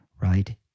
right